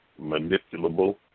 manipulable